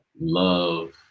love